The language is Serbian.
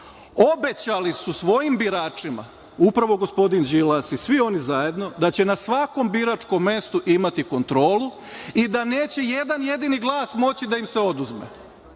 Obećali su svojim biračima, upravo gospodin Đilas i svi oni zajedno da će na svakom biračkom mestu imati kontrolu i da neće jedan jedini glas moći da im se oduzme.